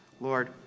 Lord